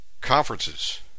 conferences